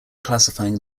classifying